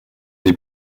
die